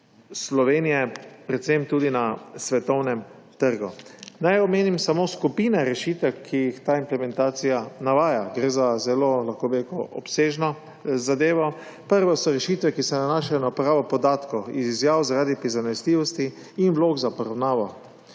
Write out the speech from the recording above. Slovenije predvsem tudi na svetovnem trgu. Naj omenim samo skupine rešitev, ki jih ta implementacija navaja. Gre za zelo obsežno zadevo. Prve so rešitve, ki se nanašajo na uporabo podatkov iz izjav zaradi prizanesljivosti in vlog za poravnavo.